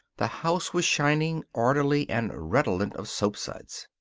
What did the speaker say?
the house was shining, orderly, and redolent of soapsuds.